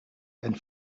and